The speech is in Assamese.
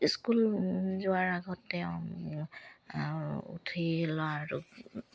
স্কুল যোৱাৰ আগতে উঠি